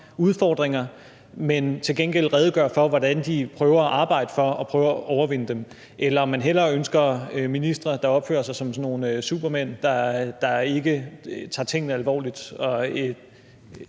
udfordringer, men til gengæld redegør for, hvordan de prøver at arbejde for at prøve at overvinde dem, eller om man hellere ønsker ministre, der opfører sig som sådan nogle supermænd, der ikke tager tingene alvorligt.